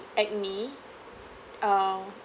acne uh